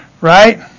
Right